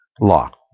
Law